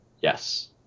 Yes